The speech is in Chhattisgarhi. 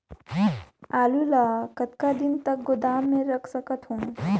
आलू ल कतका दिन तक गोदाम मे रख सकथ हों?